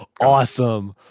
Awesome